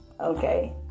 Okay